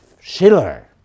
Schiller